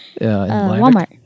Walmart